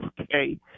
Okay